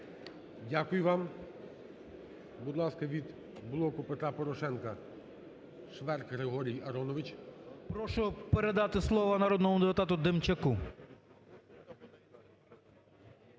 Дякую вам. Будь ласка, від "Блоку Петра Порошенка" Шверк Григорій Аронович. 11:41:45 ШВЕРК Г.А. Прошу передати слово народному депутату Демчаку.